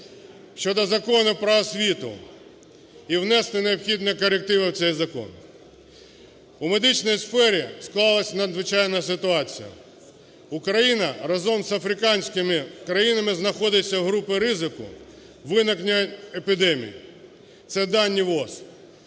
щодо Закону про освіту і внести необхідні корективи в цей закон. У медичній сфері склалась надзвичайна ситуація. Україна разом з африканськими країнами знаходиться в групі ризику виникнення епідемій – це дані ВООЗ.